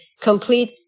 Complete